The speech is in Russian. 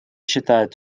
считает